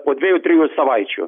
po dviejų trijų savaičių